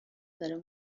داره